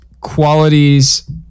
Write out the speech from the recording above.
qualities